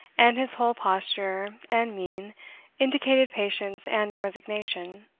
and his whole posture and mien indicated patience and resignation.